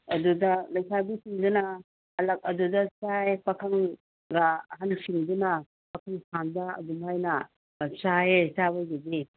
ꯑꯗꯨꯗ ꯂꯩꯁꯥꯕꯤꯁꯤꯡꯁꯤꯅ ꯑꯂꯛ ꯑꯗꯨꯗ ꯆꯥꯏ ꯄꯥꯈꯪꯒ ꯑꯍꯟꯁꯤꯡꯗꯨꯅ ꯄꯥꯈꯪ ꯐꯥꯟꯗ ꯑꯗꯨꯃꯥꯏꯅ ꯆꯥꯏꯌꯦ ꯆꯥꯕꯒꯤꯗꯤ